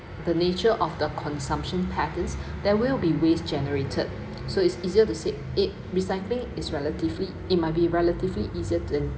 the nature of the consumption patterns there will be waste generated so its easier to say eh recycling is relatively it might be relatively easier to